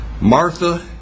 Martha